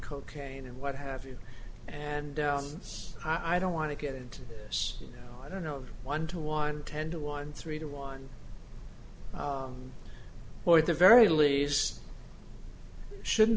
cocaine and what have you and i don't want to get into this you know i don't know one to one ten to one three to one or at the very least shouldn't